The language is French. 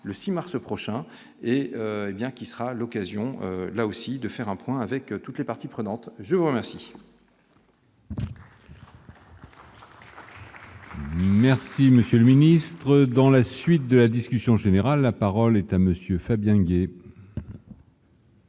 le 6 mars prochain hé bien qui sera l'occasion là aussi de faire un point avec toutes les parties prenantes, je vous remercie. Merci monsieur le ministre, dans la suite de la discussion générale, la parole est à monsieur Fabien Gay.